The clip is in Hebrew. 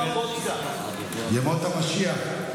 לסיים, ימות המשיח.